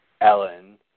Ellen